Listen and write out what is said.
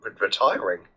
retiring